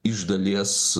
iš dalies